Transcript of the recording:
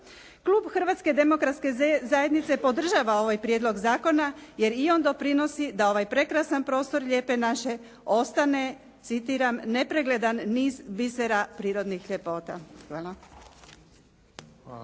Klub Hrvatske demokratske zajednice podržava ovaj prijedlog zakona, jer i on doprinosi da ovaj prekrasan prostor Lijepe naše ostane, citiram: "Nepregledan niz bisera prirodnih ljepota". Hvala.